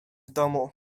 domu